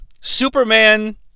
Superman